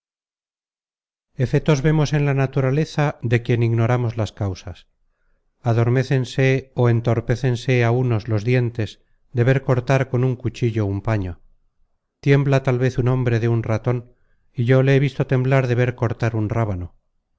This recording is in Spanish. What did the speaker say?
efetos vemos en la naturaleza de quien ignoramos las causas adormecense ó entorpécense á unos los dientes de ver cortar con un cuchillo un paño tiembla tal vez un hombre de un raton y yo le he visto temblar de ver cortar un rábano